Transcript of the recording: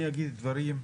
אני אגיד דברים.